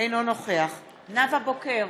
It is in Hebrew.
אינו נוכח נאוה בוקר,